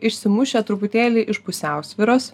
išsimušę truputėlį iš pusiausvyros